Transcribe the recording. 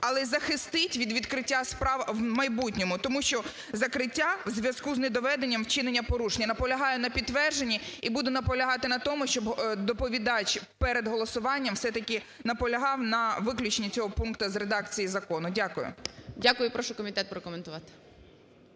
але і захистить від відкриття справ в майбутньому, тому що закриття в зв'язку з недоведенням вчинення порушень. Наполягаю на підтвердженні і буду наполягати на тому, щоб доповідач перед голосуванням все-таки наполягав на виключенні цього пункту з редакції закону. Дякую. ГОЛОВУЮЧИЙ. Дякую. Прошу комітет прокоментувати.